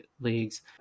leagues